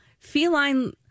Feline